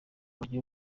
bigira